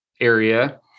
area